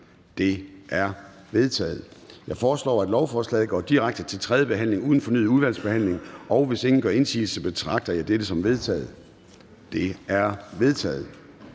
De er vedtaget. Jeg foreslår, at lovforslaget går direkte til tredje behandling uden fornyet udvalgsbehandling. Hvis ingen gør indsigelse, betragter jeg dette som vedtaget. Det er vedtaget.